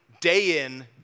day-in